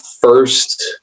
first